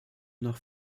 nach